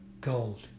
gold